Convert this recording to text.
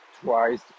twice